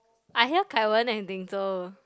I hear Kai-Wen and Ting-Zhou